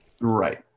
right